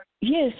Yes